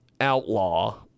Outlaw